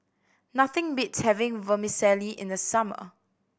nothing beats having Vermicelli in the summer